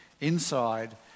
Inside